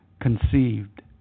conceived